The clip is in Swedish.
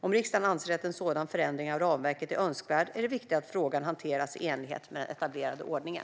Om riksdagen anser att en sådan förändring av ramverket är önskvärd är det viktigt att frågan hanteras i enlighet med den etablerade ordningen.